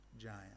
giant